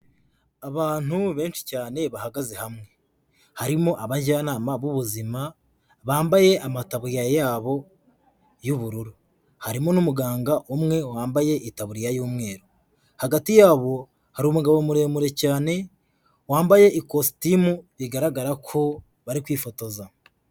Abantu benshi cyane bahagaze hamwe, harimo abajyanama b'ubuzima bambaye amataburiya yabo y'ubururu, harimo n'umuganga umwe wambaye itaburiya y'umweru, hagati yabo hari umugabo muremure cyane wambaye ikositimu bigaragara ko bari kwifotoza.